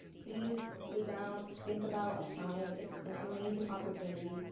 please sit down, think about applying, it's an amazing opportunity.